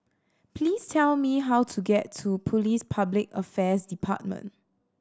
please tell me how to get to Police Public Affairs Department